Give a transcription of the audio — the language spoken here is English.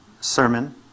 sermon